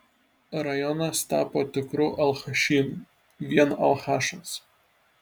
rajonas tapo tikru alchašynu vien alchašos